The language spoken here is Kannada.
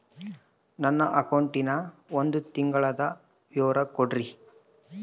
ನನ್ನ ಅಕೌಂಟಿನ ಒಂದು ತಿಂಗಳದ ವಿವರ ಕೊಡ್ರಿ?